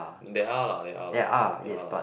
they are lah they are lah they are lah